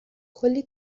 کلی